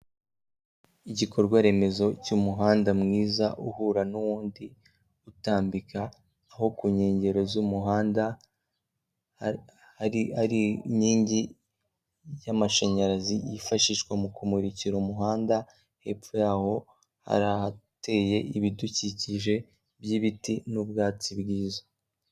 Igikorwa remezo cy'umuhanda mwiza uhura n'uwundi utambika, aho ku nkengero z'umuhanda hari inkingi y'amashanyarazi yifashishwa mu kumurikira umuhanda, hepfo yawo hari ahateye ibidukikije by'ibiti n'ubwatsi bwiza.